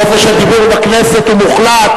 חופש הדיבור בכנסת הוא מוחלט,